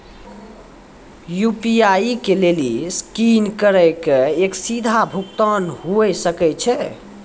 UPI के लेली scan करि के या सीधा भुगतान हुये सकै छै